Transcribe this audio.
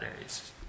days